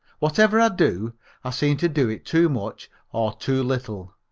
whatever i do i seem to do it too much or too little.